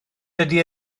dydy